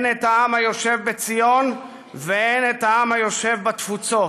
הן את העם היושב בציון והן את העם היושב בתפוצות.